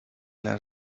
las